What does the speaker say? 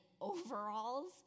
overalls